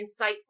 insightful